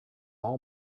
all